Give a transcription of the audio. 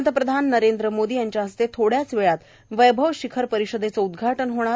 पंतप्रधान नरेंद्र मोदी यांच्या हस्ते थोड्याच वेळात वैभव शिखर परिषदेच उद्घाटन होणार